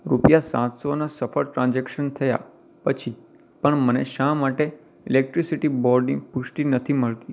રૂપિયા સાત સોના સફળ ટ્રાન્ઝૅક્શન થયાં પછી પણ મને શા માટે ઇલૅક્ટ્રિસિટી બોર્ડની પુષ્ટિ નથી મળતી